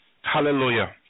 Hallelujah